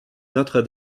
notre